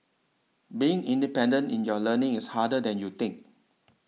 being independent in your learning is harder than you think